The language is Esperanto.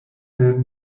mem